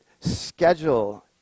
schedule